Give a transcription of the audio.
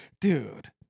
Dude